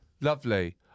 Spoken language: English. Lovely